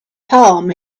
palm